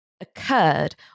occurred